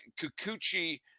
Kikuchi